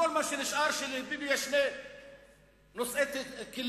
וכל מה שנשאר, שלביבי יש שני נושאי כלים,